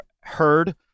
heard